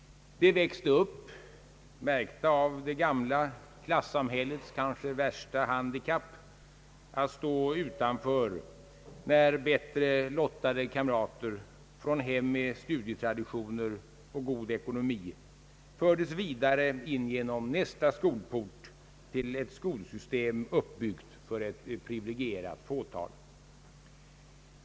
De växte upp märkta av det gamla klasssamhällets kanske värsta handikapp: att stå utanför när bättre lottade kamrater från hem med studietraditioner och god ekonomi fördes vidare in genom nästa skolport till ett skolsystem uppbyggt för ett privilegierat fåtal.